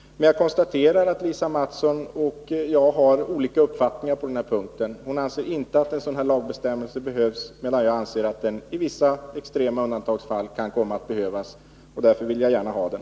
Men jag konstaterar att Lisa Mattson och jag har olika uppfattningar på den punkten. Lisa Mattson anser inte att en sådan här lagbestämmelse behövs, medan jag anser att den i vissa extrema undantagsfall kan komma att behövas och därför gärna vill ha den.